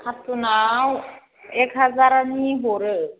खारथुनाव एक हाजारनि हरो